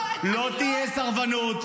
לא תהיה סרבנות.